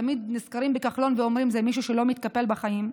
תמיד נזכרים בכחלון ואומרים: זה מישהו שלא מתקפל בחיים.